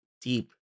deep